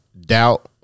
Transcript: doubt